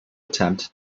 attempt